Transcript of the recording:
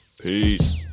Peace